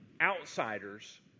outsiders